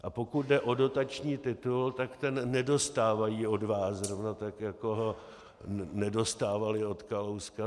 A pokud jde o dotační titul, tak ten nedostávají od vás, zrovna tak jako ho nedostávaly od Kalouska.